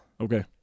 Okay